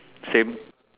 same